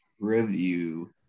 review